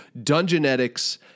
Dungeonetics